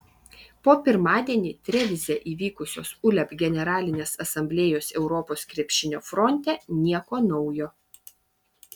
po pirmadienį trevize įvykusios uleb generalinės asamblėjos europos krepšinio fronte nieko naujo